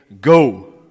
go